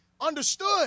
understood